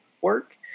work